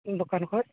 ᱫᱚᱠᱟᱱ ᱠᱷᱚᱱ